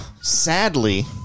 Sadly